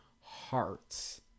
hearts